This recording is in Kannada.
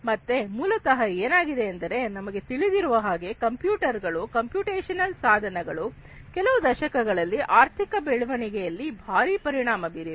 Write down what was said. ಮತ್ತೆ ಮೂಲತಃ ಏನಾಗಿದೆ ಎಂದರೆ ನಮಗೆ ತಿಳಿದಿರುವ ಹಾಗೆ ಕಂಪ್ಯೂಟರ್ ಗಳು ಕಂಪ್ಯೂಟೇಶನಲ್ ಸಾಧನಗಳು ಕೆಲವು ದಶಕಗಳಲ್ಲಿ ಆರ್ಥಿಕ ಬೆಳವಣಿಗೆಯಲ್ಲಿ ಭಾರಿ ಪರಿಣಾಮ ಬೀರಿವೆ